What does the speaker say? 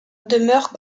demeure